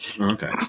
Okay